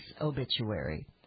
obituary